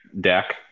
deck